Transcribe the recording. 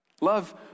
Love